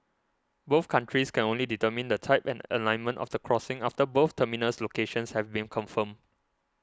both countries can only determine the type and alignment of the crossing after both terminus locations have been confirmed